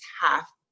half